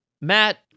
Matt